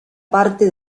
parte